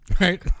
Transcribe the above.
Right